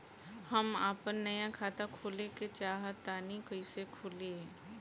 हम आपन नया खाता खोले के चाह तानि कइसे खुलि?